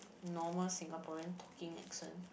normal Singaporean talking accent